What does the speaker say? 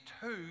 two